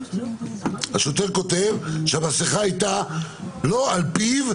השוטר כותב שהמסכה לא הייתה על פיו,